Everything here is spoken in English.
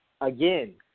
again